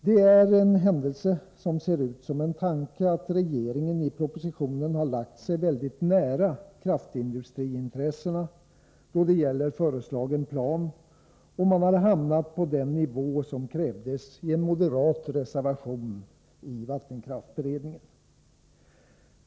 Det är en händelse som ser ut som en tanke, att regeringen i propositionen har lagt sig väldigt nära kraftindustriintressena då det gäller föreslagen plan och att man har hamnat på den nivå som krävdes i en moderat reservation i vattenkraftsberedningen.